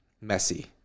messy